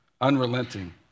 unrelenting